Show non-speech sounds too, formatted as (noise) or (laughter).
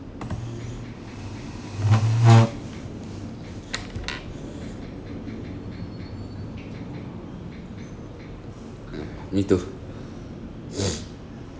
me too (noise)